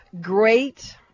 great